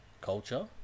culture